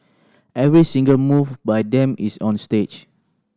every single move by them is on stage